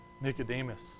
Nicodemus